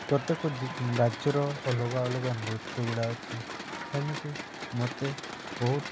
ପ୍ରତ୍ୟେକ ରାଜ୍ୟର ଅଲଗା ଅଲଗା ନୃତ୍ୟଗୁଡ଼ା ଅଛି ସେମିତି ମୋତେ ବହୁତ